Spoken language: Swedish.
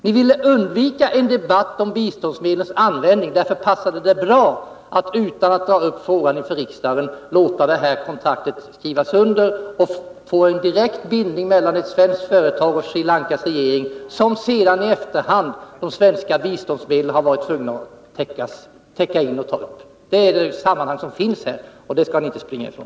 Ni ville undvika en debatt om biståndsmedlens användning, och därför passade det bra att — utan att ta upp frågan inför riksdagen —låta kontraktet skrivas under och därmed få en direkt bindning mellan ett svenskt företag och Sri Lankas regering. I efterhand har svenska biståndsmedel tvingats täcka upp detta. Det är det sammanhang som gäller, och det skall ni inte springa ifrån.